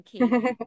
Okay